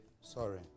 sorry